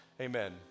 Amen